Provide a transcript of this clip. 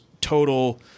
total